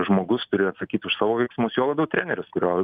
žmogus turi atsakyt už savo veiksmus juo labiau treneris kurio